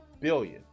billion